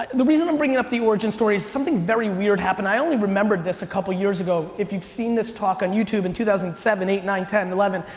the reason i'm bringing up the origin story is something very weird happened. i only remembered this a couple years ago. if you've seen this talk on youtube in two thousand and seven, eight, nine, ten, eleven,